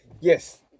Yes